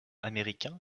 américain